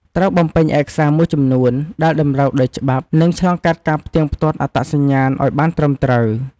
ត្រូវបំពេញឯកសារមួយចំនួនដែលតម្រូវដោយច្បាប់និងឆ្លងកាត់ការផ្ទៀងផ្ទាត់អត្តសញ្ញាណឲ្យបានត្រឹមត្រូវ។